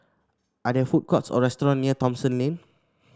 are there food courts or restaurant near Thomson Lane